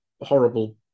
horrible